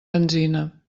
benzina